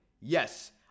Yes